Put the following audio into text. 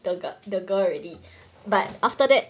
the the girl already but after that